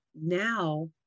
now